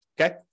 okay